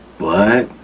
but,